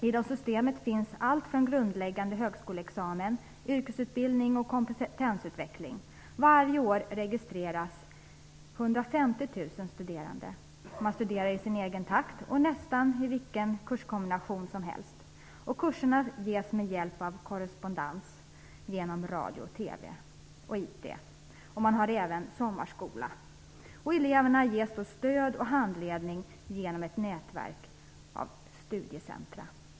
Inom systemet finns allt från grundläggande högskoleexamen till yrkesutbildning och kompetensutveckling. Varje år registreras 150 000 studerande. Man studerar i sin egen takt och i nästan vilken kurskombination som helst. Kurserna ges med hjälp av korrespondens genom radio, TV och IT. Man har även sommarskola. Eleverna ges stöd och handledning genom ett nätverk av studiecentra.